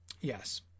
Yes